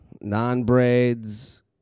Non-braids